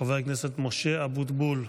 חבר הכנסת משה אבוטבול,